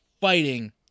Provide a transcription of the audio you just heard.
fighting